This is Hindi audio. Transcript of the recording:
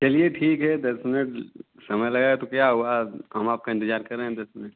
चलिए ठीक है दस मिनट समय लगा तो क्या हुआ हम आपका इंतजार कर रहे हैं दस मिनट